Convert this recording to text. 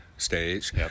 stage